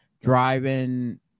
driving